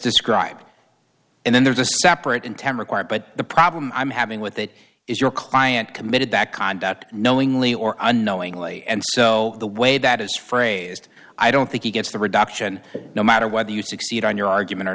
described and then there's a separate intent required but the problem i'm having with that is your client committed back conduct knowingly or unknowingly and so the way that is phrased i don't think he gets the reduction no matter whether you succeed on your argument or